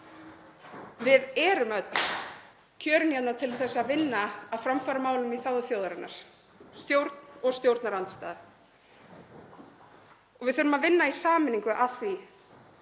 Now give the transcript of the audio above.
Við erum öll kjörin til að vinna að framfaramálum í þágu þjóðarinnar, stjórn og stjórnarandstaða. Við þurfum að vinna í sameiningu að þeim